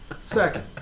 Second